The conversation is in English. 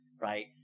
Right